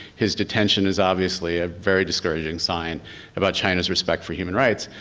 his detention is obviously a very discouraging sign about china's respect for human rights.